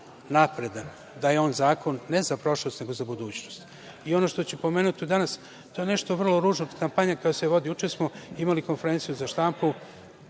napredan, da je to zakon, ne za prošlost, nego za budućnost. Ono što ću pomenuti danas, a to je nešto što je vrlo ružno, kampanja koja se vodi. Juče smo imali konferenciju za štampu,